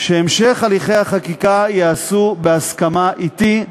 שהמשך הליכי החקיקה ייעשו בהסכמה אתי,